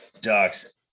ducks